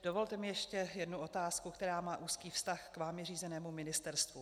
Dovolte mi ještě jednu otázku, která má úzký vztah k vámi řízenému ministerstvu.